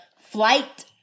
flight